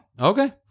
Okay